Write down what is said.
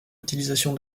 utilisation